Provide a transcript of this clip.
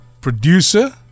producer